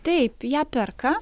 taip ją perka